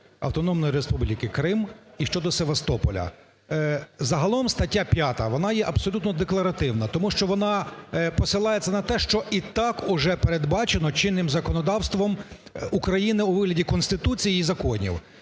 Автономної Республіки Крим і щодо Севастополя. Загалом стаття 5 вона є абсолютно декларативна, тому що вона посилається на те, що і так вже передбачено чинним законодавством України у вигляді Конституції і законів.